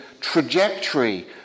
trajectory